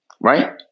right